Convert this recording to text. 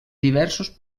diversos